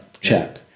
check